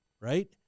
right